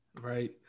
Right